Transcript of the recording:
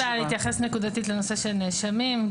אין לי בעיה להתייחס נקודתית לנושא של נאשמים.